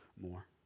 more